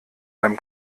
beim